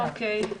אוקיי.